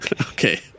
Okay